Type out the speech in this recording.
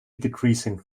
decreasing